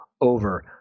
over